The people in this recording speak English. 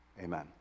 amen